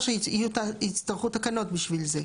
צריך הכשרה לפני כן,